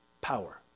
power